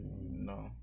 No